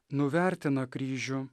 nuvertina kryžių